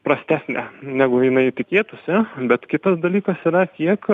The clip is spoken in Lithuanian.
prastesnė negu jinai tikėtųsi bet kitas dalykas yra kiek